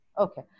Okay